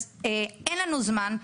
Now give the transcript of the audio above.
כי אין לנו זמן.